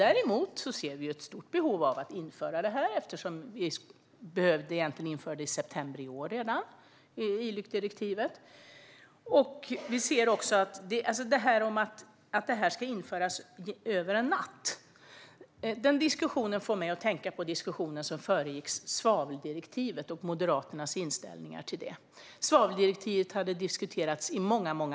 Däremot ser vi ett stort behov av att införa detta, eftersom vi egentligen hade behövt införa ILUC-direktivet redan i september i år. Diskussionen om att detta skulle införas över en natt får mig att tänka på den diskussion som föregick svaveldirektivet och Moderaternas inställning till det. Svaveldirektivet hade diskuterats i många år.